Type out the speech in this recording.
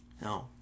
No